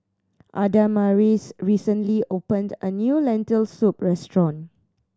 Adamaris recently opened a new Lentil Soup restaurant